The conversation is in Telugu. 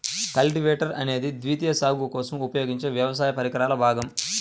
కల్టివేటర్ అనేది ద్వితీయ సాగు కోసం ఉపయోగించే వ్యవసాయ పరికరాల భాగం